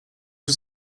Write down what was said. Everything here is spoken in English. was